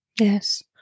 Yes